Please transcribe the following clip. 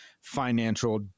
financial